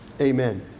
Amen